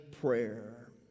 prayer